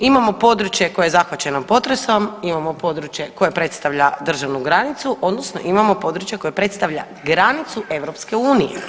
Imamo područje koje je zahvaćeno potresom, imamo područje koje predstavlja državnu granicu, odnosno imamo područje koje predstavlja granicu EU.